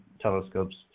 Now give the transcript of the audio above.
telescopes